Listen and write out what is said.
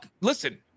listen